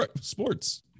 sports